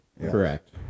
Correct